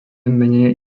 menej